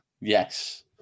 Yes